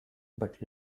but